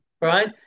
right